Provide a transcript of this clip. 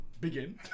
Begin